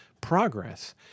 progress